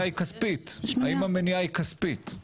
האם המניעה היא כספית?